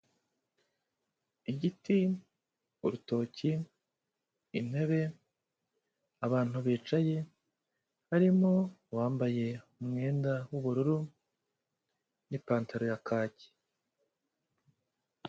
Igiti, urutoki, intebe, abantu bicaye harimo uwambaye umwenda w'ubururu n'ipantaro ya kaki.